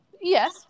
Yes